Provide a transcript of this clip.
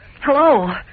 hello